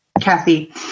Kathy